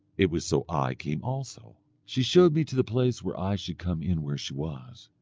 it was so i came also she showed me to the place where i should come in where she was.